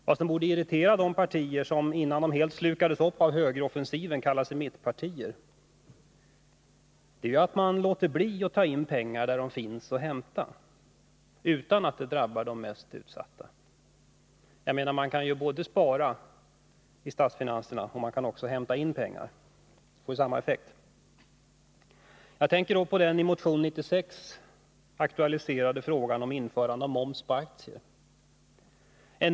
Vad som borde irritera de partier som — innan de helt slukades upp av högeroffensiven — kallade sig mittenpartier är, att regeringen också låter bli att ta in pengar, där sådana finns att hämta utan att det drabbar de mest utsatta. Att hämta in nya pengar har ju samma effekt som att göra besparingar i statsfinanserna. Jag tänker på den i motion 96 aktualiserade frågan om införande av moms på aktier.